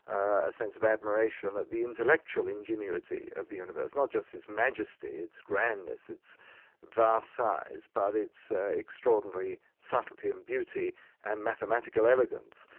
a sense of admiration at the intellectual ingenuity of the universe. not just its majesty, its grandness, its vast size, but its extraordinary subtlety and beauty and mathematical elegance.